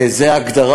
וזו ההגדרה.